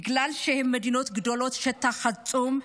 בגלל שהן מדינות גדולות עם שטח עצום,